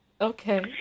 Okay